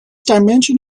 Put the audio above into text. dimension